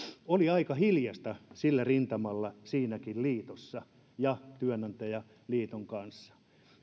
oli aika hiljaista sillä rintamalla siinäkin liitossa ja työnantajaliiton kanssa